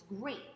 great